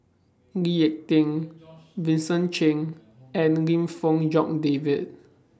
Lee Ek Tieng Vincent Cheng and Lim Fong Jock David